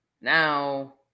Now